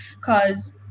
cause